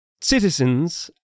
citizens